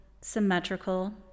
symmetrical